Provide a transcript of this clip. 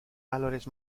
valores